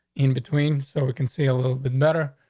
in between, so we can see a little bit better.